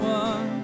one